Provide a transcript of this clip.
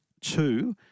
two